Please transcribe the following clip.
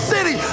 City